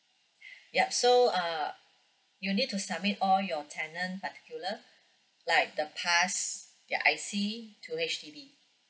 yup so uh you need to submit all your tenant particular like the pass their I_C to H_D_B